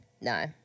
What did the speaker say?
No